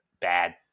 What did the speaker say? bad